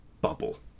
bubble